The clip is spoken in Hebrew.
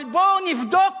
אבל בואו נבדוק